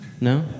No